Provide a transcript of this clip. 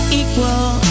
equal